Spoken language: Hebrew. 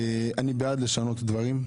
אני בעד לשנות דברים.